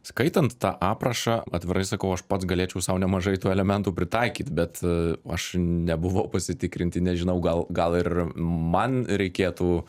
skaitant tą aprašą atvirai sakau aš pats galėčiau sau nemažai tų elementų pritaikyt bet aš nebuvau pasitikrinti nežinau gal gal ir man reikėtų